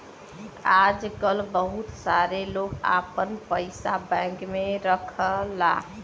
आजकल बहुत सारे लोग आपन पइसा बैंक में रखला